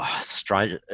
Strange